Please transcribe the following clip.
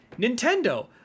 Nintendo